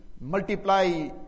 multiply